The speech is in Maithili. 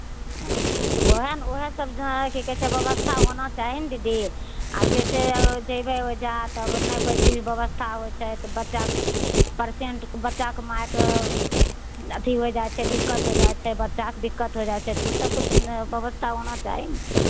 तऽ ओहए ने ओहए सब जेना हइ की कहै छै व्यवस्था होना चाही ने दीदी आब जैसे जैबै ओहिजा तब नहि कोइ चीजके व्यवस्था होइ छै तऽ बच्चाके परसेंट बच्चाके मायके अथी होइ जाइ छै दिक्कत होइ जाइ छै बच्चाके दिक्कत होइ जाइ छै तऽ ओ सबके व्यवस्था होना चाही ने